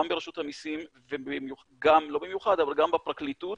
גם ברשות המסים וגם, לא במיוחד, אבל גם בפרקליטות,